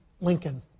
Lincoln